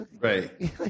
Right